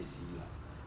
like err